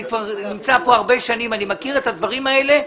אני נמצא כאן הרבה שנים ואני מכיר את הדברים האלה.